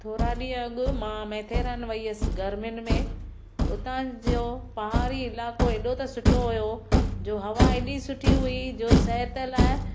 थोरा ॾींहं अॻि मां मेथेरान वई हुयसि गरमियुनि में उतां जो पहाड़ी इलाइक़ो एॾो त सुठो हुयो जो हवा एॾी सुठी हुई जो सेहत लाइ